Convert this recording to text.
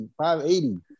580